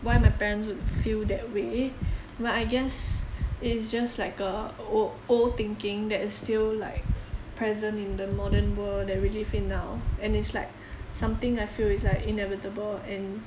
why my parents would feel that way but I guess it is just like a o~ old thinking that's still like present in the modern world that we live in now and it's like something I feel is like inevitable and